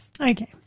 Okay